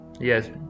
yes